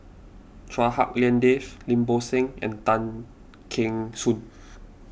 Chua Hak Lien Dave Lim Bo Seng and Tan Kheng Soon